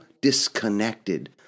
disconnected